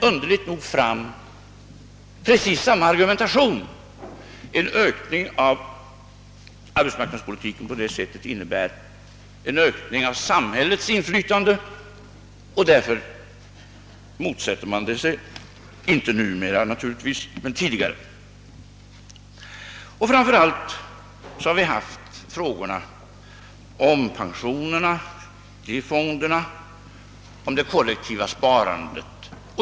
Underligt nog framkom då precis samma argumentation, nämligen att en ökning av arbetsmarknadspolitiken på föreslaget sätt innebar en ökning av samhällets inflytande. Därför har man motsatt sig det. Det gör man inte nu naturligtvis, men man gjorde det tidigare. Och framför allt har argumentationen kommit fram, när vi har diskuterat frågan om pensionerna, fonderna och det kollektiva sparandet.